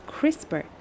CRISPR